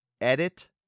Edit